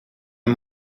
een